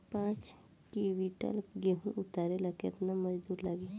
पांच किविंटल गेहूं उतारे ला केतना मजदूर लागी?